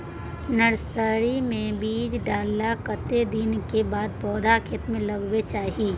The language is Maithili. नर्सरी मे बीज डाललाक कतेक दिन के बाद पौधा खेत मे लगाबैक चाही?